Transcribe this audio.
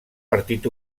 partit